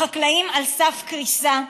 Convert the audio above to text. החקלאים על סף קריסה,